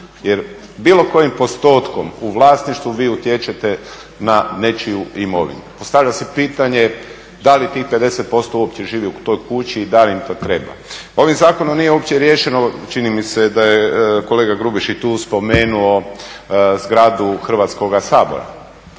Jer bilo kojim postotkom u vlasništvu vi utječete na nečiju imovinu. Postavlja se pitanje da li tih 50% uopće živi u toj kući i da li im to treba? Ovim zakonom nije uopće riješeno, čini mi se da je kolega Grubišić tu spomenuo, zgradu Hrvatskoga sabora.